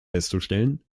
festzustellen